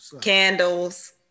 candles